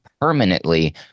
permanently